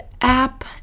app